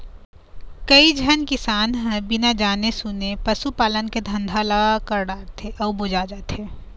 कइझन किसान ह बिना जाने सूने पसू पालन के धंधा ल कर डारथे अउ बोजा जाथे